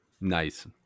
nice